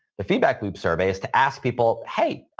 the feedback loop survey is to ask people, hey,